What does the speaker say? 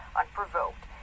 unprovoked